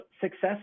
success